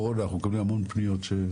הגיעו אלינו למעלה מ-18,000 פניות ציבור,